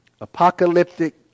Apocalyptic